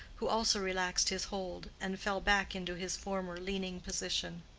who also relaxed his hold, and fell back into his former leaning position.